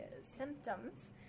symptoms